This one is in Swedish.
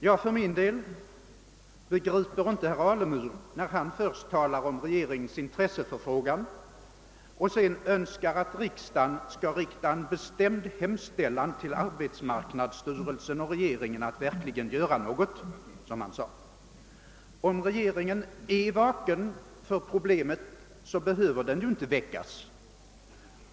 Jag begriper för min del inte herr Alemyr, som först talar om regeringens intresse för frågan och sedan önskar att riksdagen skall rikta en bestämd hemställan till arbetsmarknadstyrelsen och regeringen om att verkligen göra något. Om regeringen är vaken för problemet, behöver den ju inte väckas.